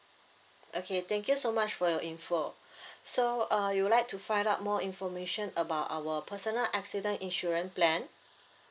okay thank you so much for your info so uh you would like to find out more information about our personal accident insurance plan